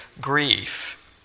grief